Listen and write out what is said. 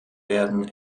werden